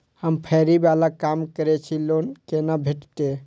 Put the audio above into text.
हम फैरी बाला काम करै छी लोन कैना भेटते?